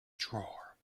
drawer